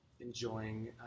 Enjoying